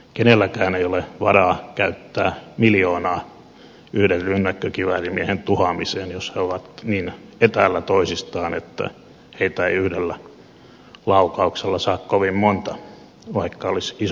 kenelläkään ei ole varaa käyttää miljoonaa yhden rynnäkkökiväärimiehen tuhoamiseen jos he ovat niin etäällä toisistaan että heitä ei yhdellä laukauksella saa kovin monta vaikka olisi isompikin pommi